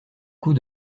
coup